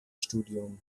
studium